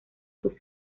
sus